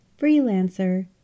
freelancer